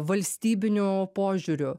valstybiniu požiūriu